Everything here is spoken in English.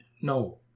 no